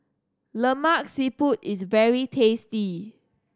Lemak Siput is very tasty